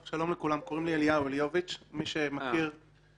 אז צריך להיות זהיר מאוד בנושא הזה.